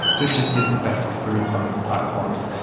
this just gives the best experience on those platforms,